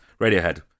Radiohead